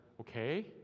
okay